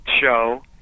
show